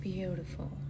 beautiful